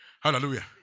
Hallelujah